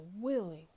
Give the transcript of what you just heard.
willing